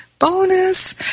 Bonus